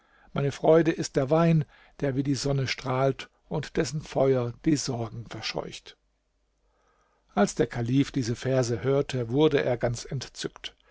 meine freude ist der wein der wie die sonne strahlt und dessen feuer die sorgen verscheucht als der kalif diese verse hörte wurde er ganz entzückt